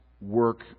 work